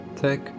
Take